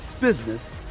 business